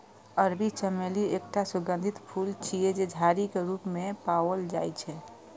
अरबी चमेली एकटा सुगंधित फूल छियै, जे झाड़ी के रूप मे पाओल जाइ छै